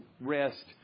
rest